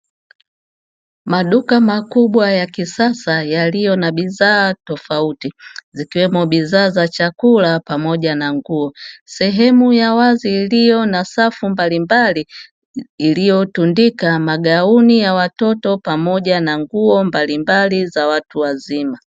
Maduka makubwa ya kisasa yaliyo na bidhaa tofauti, zikiwemo bidhaa za chakula pamoja na nguo, sehemu ya wazi iliyo na safu mbalimbali iliyotundika magauni ya watoto pamoja na nguo mbalimbali za watu wazima.